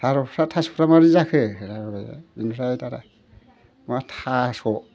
थारुनफ्रा थास'फ्रा माब्रै जाखो होनना बुंबायना ओमफ्राय दाना मा थास'